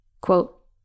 Quote